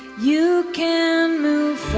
you can move